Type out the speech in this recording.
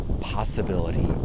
possibility